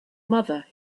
mother